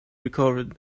recovered